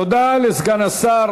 תודה לסגן השר